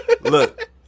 Look